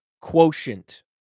quotient